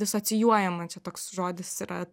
disocijuojama toks žodis yra